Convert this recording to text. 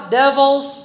devils